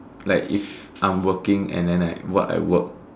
like if I'm working and then like what I work